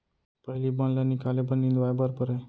पहिली बन ल निकाले बर निंदवाए बर परय